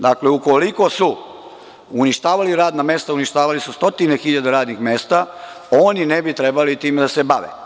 Dakle, ukoliko su uništavali radna mesta, uništavali su stotine hiljada radnih mesta oni ne bi trebali time da se bave.